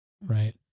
Right